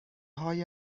های